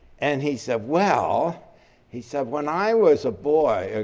and he said, well he said when i was a boy,